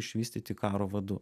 išvystyti karo vadu